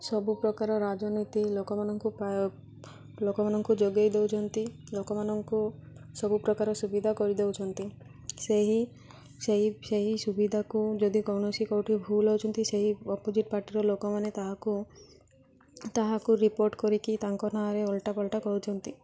ସବୁ ପ୍ରକାର ରାଜନୀତି ଲୋକମାନଙ୍କୁ ଲୋକମାନଙ୍କୁ ଯୋଗେଇ ଦଉଛନ୍ତି ଲୋକମାନଙ୍କୁ ସବୁ ପ୍ରକାର ସୁବିଧା କରିଦଉଛନ୍ତି ସେହି ସେହି ସେହି ସୁବିଧାକୁ ଯଦି କୌଣସି କେଉଁଠି ଭୁଲ୍ ହେଉଛନ୍ତି ସେହି ଅପୋଜିଟ୍ ପାର୍ଟିର ଲୋକମାନେ ତାହାକୁ ତାହାକୁ ରିପୋର୍ଟ୍ କରିକି ତାଙ୍କ ନାଁରେ ଓଲଟା ପଲଟା କରୁଛନ୍ତି